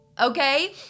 Okay